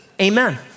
amen